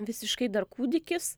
visiškai dar kūdikis